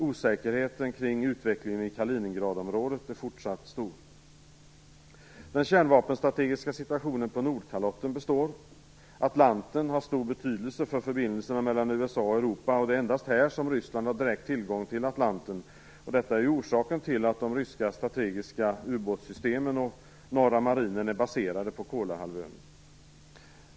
Osäkerheten kring utvecklingen i Kaliningradområdet är fortsatt stor. Den kärnvapenstrategiska situationen på Nordkalotten består. Atlanten har stor betydelse för förbindelserna mellan USA och Europa, och det är endast här som Ryssland har direkt tillgång till Atlanten. Detta är orsaken till att de ryska strategiska ubåtssystemen och Norra Marinen är baserade på Kolahalvön.